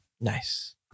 Nice